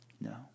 No